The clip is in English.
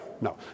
No